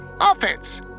Offense